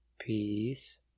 Peace